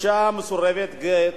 אשה מסורבת גט,